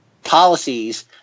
policies